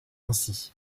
ainsi